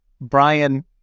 Brian